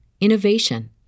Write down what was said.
innovation